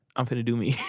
i'm finna do me.